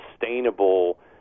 sustainable